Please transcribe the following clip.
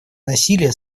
насилие